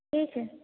ठीक है